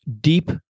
deep